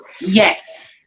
Yes